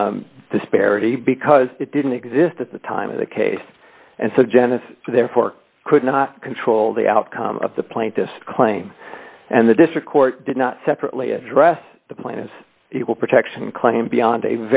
disparity because it didn't exist at the time of the case and so janice therefore could not control the outcome of the plaintiff's claim and the district court did not separately address the plan is equal protection claim beyond a